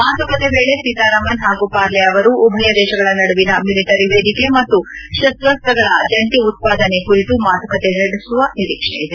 ಮಾತುಕತೆ ವೇಳೆ ಸೀತಾರಾಮನ್ ಹಾಗೂ ಪಾರ್ಲೆ ಅವರು ಉಭಯ ದೇಶಗಳ ನಡುವಿನ ಮಿಲಿಟರಿ ವೇದಿಕೆ ಮತ್ತು ಶಸ್ತ್ರಾಸ್ತ್ರಗಳ ಜಂಟಿ ಉತ್ವಾದನೆ ಕುರಿತು ಮಾತುಕತೆ ನಡೆಸುವ ನಿರೀಕ್ಷೆ ಇದೆ